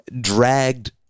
dragged